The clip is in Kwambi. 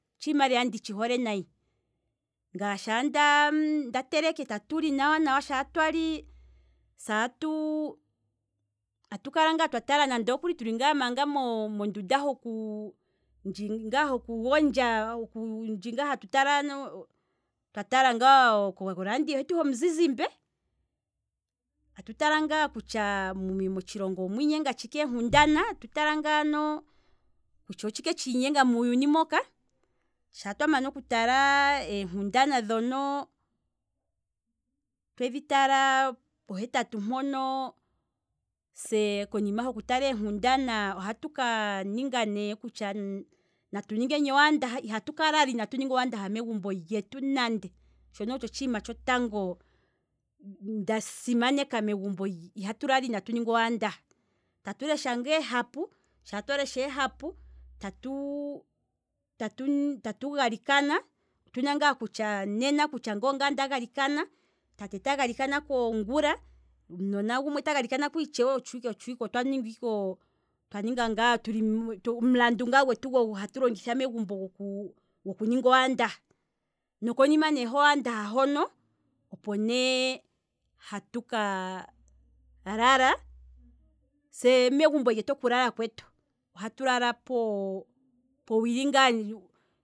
Otshiima lela nditshi hole nayi. ngaye shaa ndamana oku teleka tatu li nawa nawa, shaa twali satuu atukala ngaa twatala manga tuli mondunda hoku gondja, ndji ngaa hoku gondja, ndji nga hatu tala oradio hetu homu zizimbe, atu tala ngaa kutya motshilongo omwiinyenga tshike eenkundana, atu tala ngaano kutya otshike tshiinyenga muuyuni moka, shaa twa mana oku tala eenkundana dhono twedhi tala pohetatu mpono, se konima hoku tala eenkundana ohatu kaninga nee kutya natu ningeni owaandaha, ihatu kalala inatu ninga owaandaha megumbo lyetu mono nande, shono otsho otshiima tshotango nda simaneka megumbo, ihatu lala inatu ninga owaandaha, tatu lesha ngaa ehapu, sha twalesha ehapu, tatu tatu tatu galikana, otuna ngaa okutya nena ngeenge ongaye nda galikana, tate ta galikanako ngula, omunona gumwe taga likanako itshewe, otshwike otshwike, otwaninga ike, twaninga ngaa omulandu gwetu ogo hatu longitha megumbo goku goku ninga owaandaha, noko nima ne ho waandaha hono oko nee hatu kalala, se megumbo lyetu oku lala kwetu, ohatu lala powili ngaa